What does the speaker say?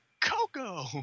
Coco